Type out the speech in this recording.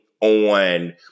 on